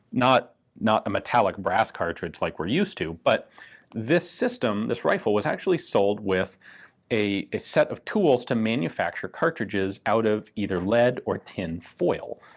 not not a metallic brass cartridge like we're used to, but this system, this rifle, was actually sold with a set of tools to manufacture cartridges out of either lead or tin foil.